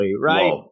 right